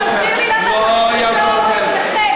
אתה מסביר לי למה הומואים זה חטא.